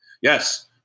Yes